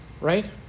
right